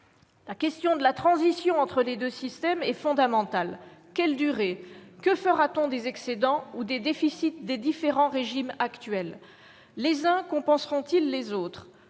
La question de la transition entre les deux systèmes est fondamentale : quelle en sera la durée ? Que fera-t-on des excédents ou des déficits des différents régimes actuels ? Les uns compenseront-ils les autres ?